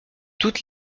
toute